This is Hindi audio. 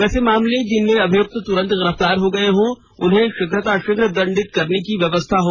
वैसे मामलों जिनमे अभियुक्त तुरंत गिरफ़्तार हो गए हों उन्हें शीघ्रताशीघ्र दंडित करने का व्यवस्था हो